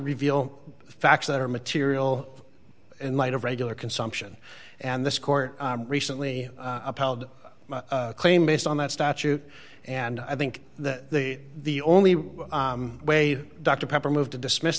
reveal facts that are material in light of regular consumption and this court recently upheld a claim based on that statute and i think that the only way dr pepper moved to dismiss